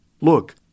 Look